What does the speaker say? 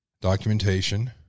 documentation